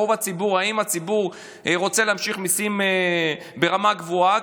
תשאלו את רוב הציבור אם הציבור רוצה להמשיך מיסים ברמה גבוהה,